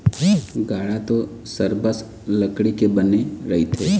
गाड़ा तो सरबस लकड़ी के बने रहिथे